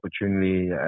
opportunity